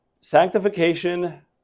Sanctification